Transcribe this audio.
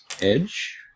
edge